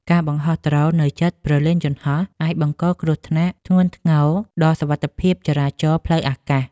ការបង្ហោះដ្រូននៅជិតព្រលានយន្តហោះអាចបង្កគ្រោះថ្នាក់ធ្ងន់ធ្ងរដល់សុវត្ថិភាពចរាចរណ៍ផ្លូវអាកាស។